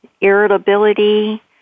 irritability